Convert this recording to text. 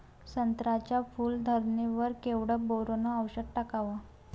संत्र्याच्या फूल धरणे वर केवढं बोरोंन औषध टाकावं?